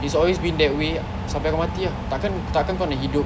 it's always been that way sampai kau mati ah tak kan tak kan kau nak hidup